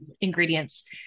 ingredients